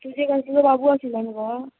तुजें खंय तुजो बाबू आशिल्लो न्ही गो